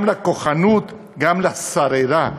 גם לכוחנות, גם לשררה.